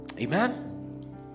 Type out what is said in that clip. Amen